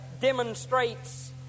demonstrates